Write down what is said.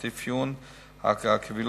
את אפיון הקבילות,